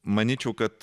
manyčiau kad